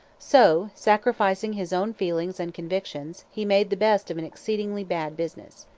so, sacrificing his own feelings and convictions, he made the best of an exceedingly bad business.